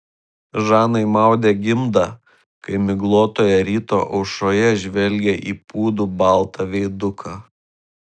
žanai maudė gimdą kai miglotoje ryto aušroje žvelgė į pūdų baltą veiduką